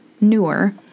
newer